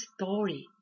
story